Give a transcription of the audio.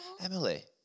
Emily